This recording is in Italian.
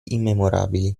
immemorabili